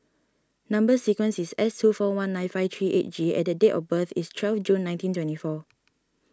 Number Sequence is S two four one nine five three eight G and the date of birth is twelve June nineteen twenty four